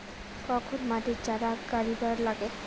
কখন মাটিত চারা গাড়িবা নাগে?